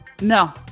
No